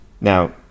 Now